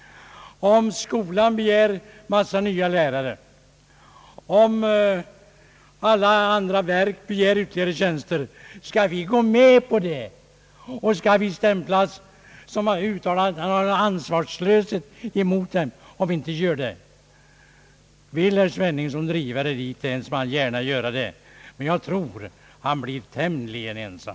Om skolan begär många nya lärare, om alla andra verk begär ytterligare tjänster, skall vi då gå med på det med risk att annars bli stämplade som ansvarslösa? Vill herr Sveningsson driva det dithän får han göra det, men jag tror han blir tämligen ensam.